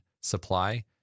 supply